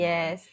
Yes